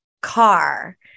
car